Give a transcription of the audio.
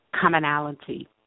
Commonality